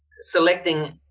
selecting